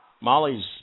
Molly's